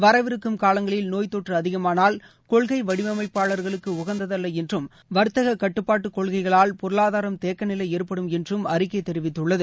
வரவிருக்கும் காலங்களில் நோய்த் தொற்று அஅதிகமானால் கொள்கை வடிவமைப்பாளர்களுக்கு உகந்ததல்ல என்றும் வர்த்தக கட்டுப்பாட்டுக் கொள்கைகளால் பொருளாதாரம் தேக்க நிலை ஏற்படும் என்று அறிக்கை தெரிவித்துள்ளது